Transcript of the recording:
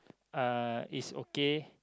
uh is okay